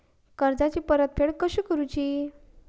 कर्जाची परतफेड कशी करूची?